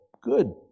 good